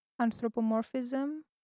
anthropomorphism